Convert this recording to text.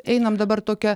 einam dabar tokia